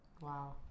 Wow